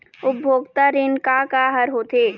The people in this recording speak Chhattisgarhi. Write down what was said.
उपभोक्ता ऋण का का हर होथे?